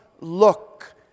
look